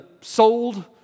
sold